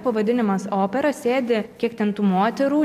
pavadinimas opera sėdi kiek ten tų moterų